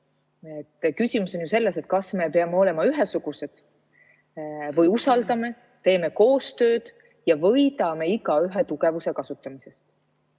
Küsimus on ju selles, kas me peame olema ühesugused või usaldame, teeme koostööd ja võidame igaühe tugevuse kasutamisest. ELAK,